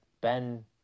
Ben